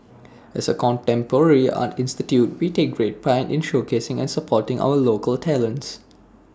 as A contemporary art institution we take great pride in showcasing and supporting our local talents